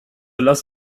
lass